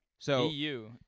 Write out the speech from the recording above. EU